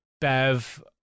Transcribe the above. Bev